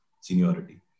seniority